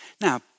Now